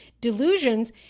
delusions